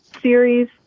series